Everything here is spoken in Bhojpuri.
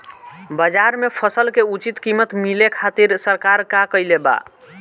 बाजार में फसल के उचित कीमत मिले खातिर सरकार का कईले बाऽ?